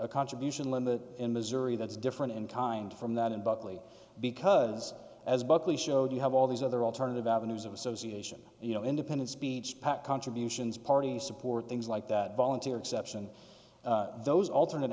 a contribution limit in missouri that's different in kind from that in buckley because as buckley showed you have all these other alternative avenues of association you know independent speech pac contributions party support things like that volunteer exception those alternate